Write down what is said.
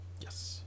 yes